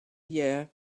year